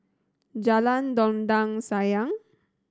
Jalan Dondang Sayang